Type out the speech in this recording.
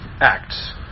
ACTS